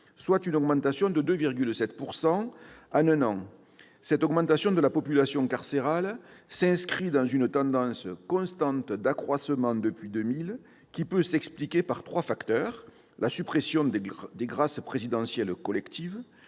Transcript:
soit une augmentation de 2,7 % en un an. Cette augmentation de la population carcérale s'inscrit dans une tendance constante d'accroissement depuis 2000, qui peut s'expliquer par trois facteurs : la suppression des grâces présidentielles collectives,